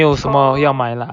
orh